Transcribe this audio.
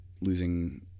losing